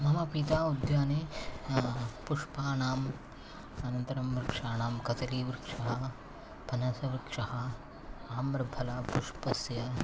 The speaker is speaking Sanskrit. मम पिता उद्याने पुष्पाणाम् अनन्तरं वृक्षाणां कदलीवृक्षाः पनसवृक्षः आम्रफलपुष्पस्य